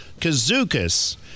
Kazukas